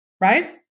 right